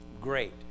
great